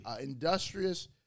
industrious